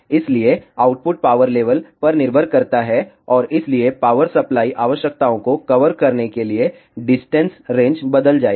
इसलिए output power level पर निर्भर करता है और इसलिए पावर सप्लाई आवश्यकताओं को कवर करने के लिए डिस्टेंस रेंज बदल जाएगी